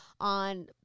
on